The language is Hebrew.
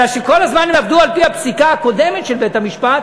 אלא שכל הזמן הם עבדו על-פי הפסיקה הקודמת של בית-המשפט,